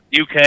UK